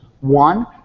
One